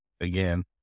again